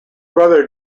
brother